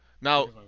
Now